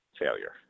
failure